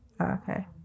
Okay